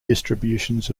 distributions